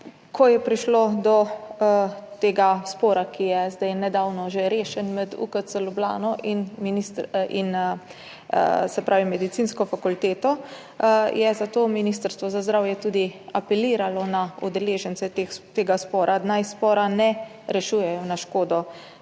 Ko je prišlo do tega spora, ki je bil nedavno že rešen, med UKC Ljubljana in Medicinsko fakulteto, je Ministrstvo za zdravje tudi apeliralo na udeležence tega spora, naj spora ne rešujejo na škodo